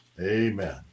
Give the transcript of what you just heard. Amen